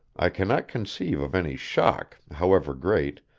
i cannot conceive of any shock, however great,